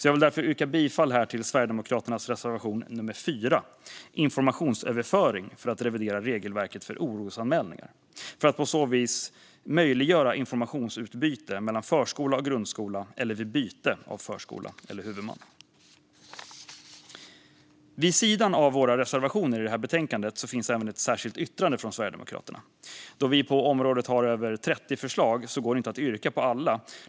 Jag vill därför yrka bifall till Sverigedemokraternas reservation nummer 4 om informationsöverföring för att revidera regelverket för orosanmälningar för att möjliggöra informationsutbyte mellan förskola och grundskola eller vid byte av förskola eller huvudman. Vid sidan av våra reservationer i detta betänkande finns även ett särskilt yttrande från Sverigedemokraterna. Då vi har över 30 förslag på området går det inte att yrka bifall till alla.